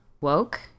woke